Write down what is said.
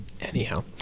Anyhow